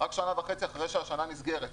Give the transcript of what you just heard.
רק שנה וחצי אחרי שהשנה נסגרת.